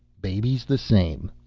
babies the same.